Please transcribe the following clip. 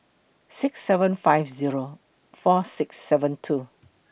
six seven five Zero four six seven two